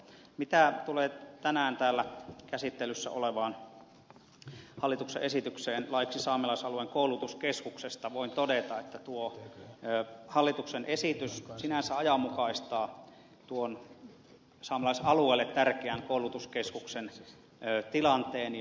mitä tulee tänään täällä käsittelyssä olevaan hallituksen esitykseen laiksi saamelaisalueen koulutuskeskuksesta voin todeta että tuo hallituksen esitys sinänsä ajanmukaistaa saamelaisalueelle tärkeän koulutuskeskuksen tilanteen